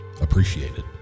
appreciated